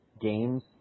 games